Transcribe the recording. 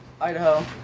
Idaho